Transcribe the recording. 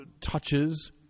touches